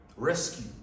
Rescue